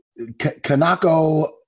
Kanako